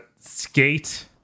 Skate